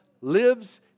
lives